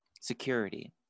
security